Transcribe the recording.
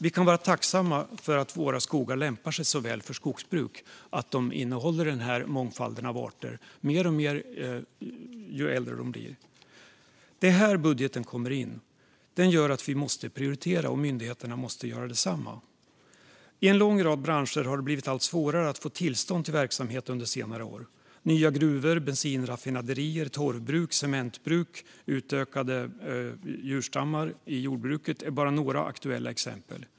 Vi kan vara tacksamma för att våra skogar lämpar sig så väl för skogsbruk och att de innehåller denna mångfald av arter, mer och mer ju äldre de blir. Det är här budgeten kommer in. Den gör att vi måste prioritera, och myndigheterna måste göra detsamma. I en lång rad branscher har det under senare år blivit allt svårare att få tillstånd till verksamhet. Nya gruvor, bensinraffinaderier, torvbruk, cementbruk och utökade djurstammar i jordbruket är bara några aktuella exempel.